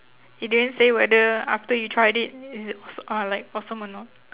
it didn't say whether after you tried it is it s~ uh like awesome or not